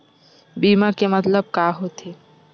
बीमा के मतलब का होथे?